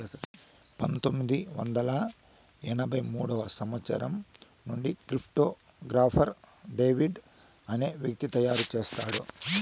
పంతొమ్మిది వందల ఎనభై మూడో సంవచ్చరం నుండి క్రిప్టో గాఫర్ డేవిడ్ అనే వ్యక్తి తయారు చేసాడు